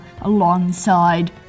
alongside